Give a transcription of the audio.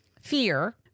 fear